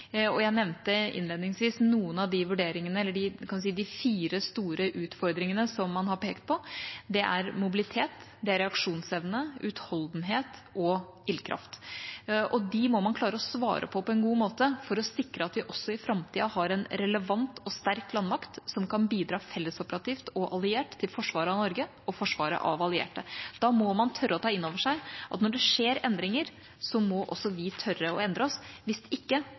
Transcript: allierte. Jeg nevnte innledningsvis de fire store utfordringene som man har pekt på. Det er mobilitet, reaksjonsevne, utholdenhet og ildkraft. Disse må man klare å svare på på en god måte for å sikre at vi også i framtida har en relevant og sterk landmakt, som kan bidra fellesoperativt og alliert til forsvaret av Norge og forsvaret av allierte. Da må man tørre å ta inn over seg at når det skjer endringer, må også vi tørre å endre oss. Hvis ikke